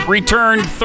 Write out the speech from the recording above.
returned